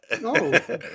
No